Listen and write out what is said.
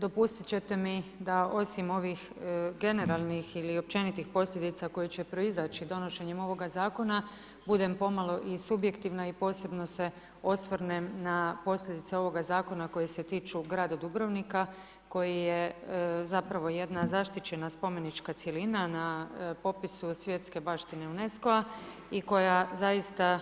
Dopustite ćete mi da osim ovih generalnih ili općenitih posljedica koje će proizaći donošenjem ovoga zakona budem pomalo i subjektivna i posebno se osvrnem na posljedice ovoga zakona koje se tiču grada Dubrovnika koji je zapravo jedna zaštićena spomenička cjelina na popisu svjetske baštine UNESCO-a i koja zaista